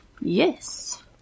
Yes